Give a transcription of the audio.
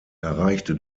erreichte